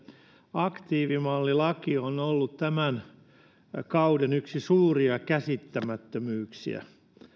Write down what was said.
aktiivimallilaki on ollut yksi tämän kauden suuria käsittämättömyyksiä